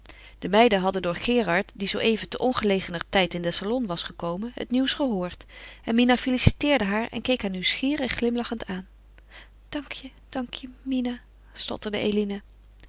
de meiden hadden door gerard die zoo even te ongelegener tijd in den salon was gekomen het nieuws gehoord en mina feliciteerde haar en keek haar nieuwsgierig glimlachend aan dank je dank je mina stotterde eline